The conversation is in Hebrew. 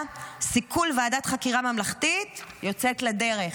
"סיכול ועדת חקירה ממלכתית" יוצאת לדרך.